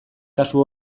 kasu